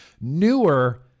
newer